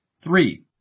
Three